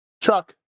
Truck